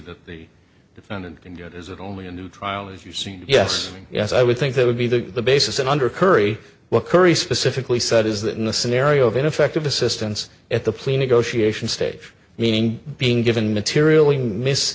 that the defendant can get is it only a new trial if you've seen yes yes i would think that would be the basis and under curry what curry specifically said is that in the scenario of ineffective assistance at the plea negotiation stage meaning being given materially mis